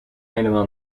helemaal